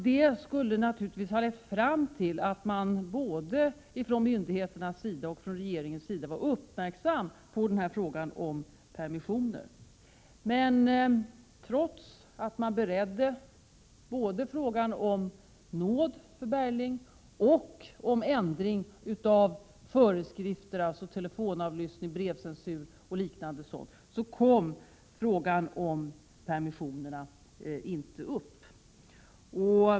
Detta skulle naturligtvis ha lett fram till att man både från myndigheternas och från regeringens sida borde ha varit uppmärksam på frågan om permissioner. Men trots att man både beredde frågan om 73 nåd för Bergling och frågan om ändring av föreskrifter beträffande telefonavlyssning, brevcensur etc., kom alltså frågan om permissioner inte upp.